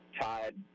Tied